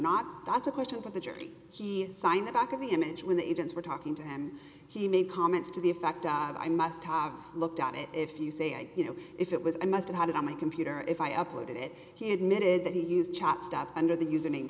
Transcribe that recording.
not that's a question for the jury he signed the back of the image when the agents were talking to him he made comments to the effect i must have looked at it if you say i you know if it was i must have had it on my computer if i uploaded it he admitted that he used chopped up under the us